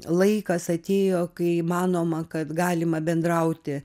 laikas atėjo kai manoma kad galima bendrauti